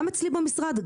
גם אצלי במשרד,